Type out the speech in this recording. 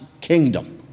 kingdom